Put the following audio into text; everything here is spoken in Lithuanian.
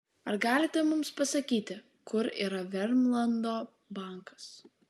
ar galite mums pasakyti kur yra vermlando bankas